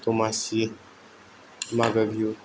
दमासि मागो बिहु